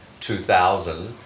2000